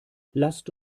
lasst